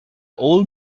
old